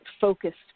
focused